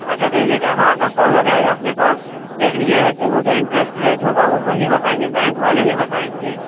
اچّھا دہلی کا ہاں تب تو ہو جائے گا اپنے پاس لیکن یہ ہے کہ وہ جو انٹریسٹ ریٹ ہوگا وہ وہی بتائیں گے بینک والے ہی بتائیں گے